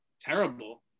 terrible